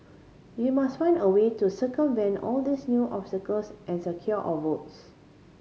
we must find a way to circumvent all these new obstacles and secure our votes